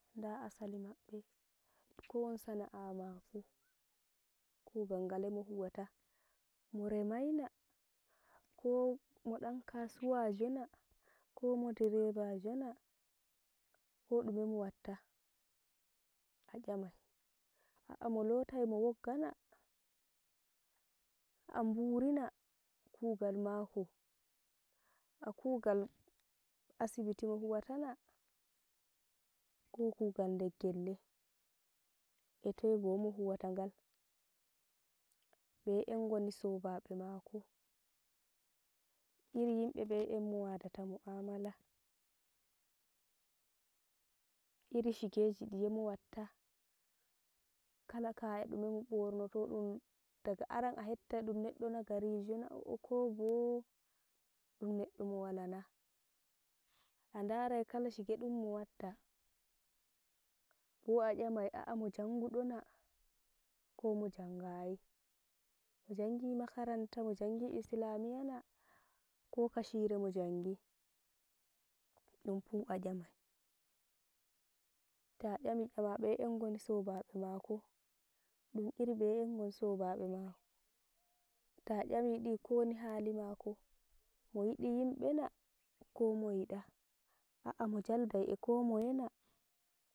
Nda asali maɓɓe, kowon sana'a mako? kugal ngale mo huwata? moremai na? ko mo ɗan kasuwajo na? ko mo direbajo na? ko ɗume mowatta? A 'yamai a'ah mo lotai mo wogga na?, a'ah buuri na kugal mako? a kugal asibiti mo huwata na? ko na kugal nder gelle, e toye bo mo huwatagal? ɓeye en goni sobaɓe mako? iri yinɓe beye en mowadata mu'amala? iri shigeji ɗiye mowatta? kala kaya ɗume mo ɓornoto, ɗum daga aran a heptai ɗum neɗɗo nagari jo na, e ko bo ɗum neɗɗo mo walana. A ndarai kala shige ɗum mowatta, bo a 'yamai a'ah mo janguɗo na? ko mojangayi?, mo janggi makaranta mo janggi islamiya na? ko kashire mo jangi? dunfu a 'yamai, ta 'yami 'yama beye en ngoni sobaɓe mako? dum iri beye en goni sobaɓe mako? ta 'yami ɗi kowoni hali mako? moyiɗi yimɓe na? ko muyiɗa? a- a mo jaldai e ko moye na?